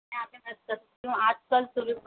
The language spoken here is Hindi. मैं आ ले मिल सकती हूँ आज कल सुबह